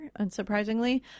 unsurprisingly